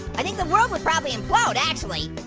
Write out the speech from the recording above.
i think the world would probably implode, actually.